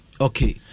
Okay